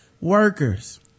workers